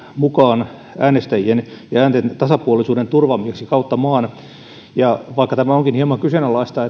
mukaan äänestäjien ja äänten tasapuolisuuden turvaamiseksi kautta maan vaikka tämä onkin hieman kyseenalaista